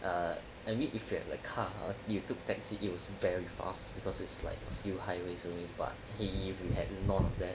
err I mean if you have a car you took taxi it was very fast because it was few highways only but if you have none of that